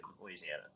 Louisiana